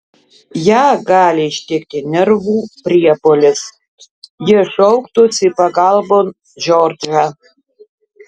ją gali ištikti nervų priepuolis ji šauktųsi pagalbon džordžą